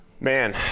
Man